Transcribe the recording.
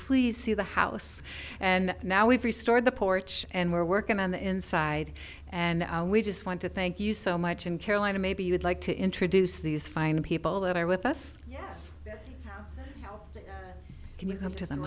please see the house and now we've restored the porch and we're working on the inside and we just want to thank you so much and carolina maybe you would like to introduce these fine people that are with us can you come to them